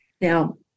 Now